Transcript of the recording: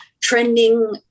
trending